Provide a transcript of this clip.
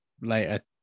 later